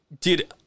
dude